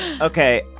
Okay